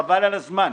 חבל על הזמן.